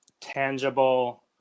tangible